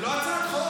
חנוך, זו לא הצעת חוק.